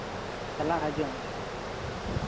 ᱪᱟᱞᱟᱜ ᱦᱤᱡᱩᱜ